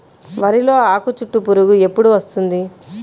వరిలో ఆకుచుట్టు పురుగు ఎప్పుడు వస్తుంది?